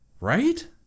right